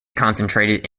concentrated